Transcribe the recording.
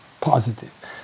positive